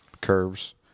curves